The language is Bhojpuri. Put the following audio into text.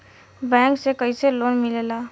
बैंक से कइसे लोन मिलेला?